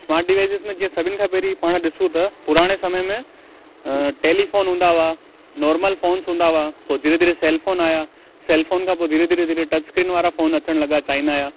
smart devices में जीअं सभिनि खां पहिरी पाण ॾिसूं त पुराणे समय में टेलीफ़ोन हूंदा हुवा नॉर्मल फ़ोन्स हूंदा हुवा पोइ धीरे धीरे सेल फ़ोन आया सेल फ़ोन खां पोइ धीरे धीरे धीरे टच स्क्रीन वारा फ़ोन अचनि लॻा चाइना जा